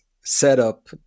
setup